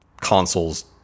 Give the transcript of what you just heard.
consoles